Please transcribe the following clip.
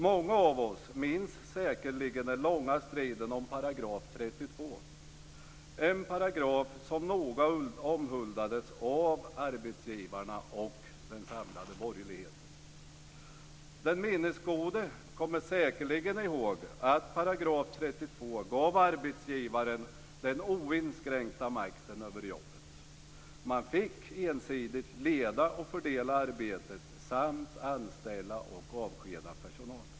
Många av oss minns säkerligen den långa striden om 32 §, en paragraf som noga omhuldades av arbetsgivarna och den samlade borgerligheten. Den minnesgode kommer säkerligen ihåg att 32 § gav arbetsgivaren den oinskränkta makten över jobbet, och han fick ensidigt leda och fördela arbetet samt anställa och avskeda personal.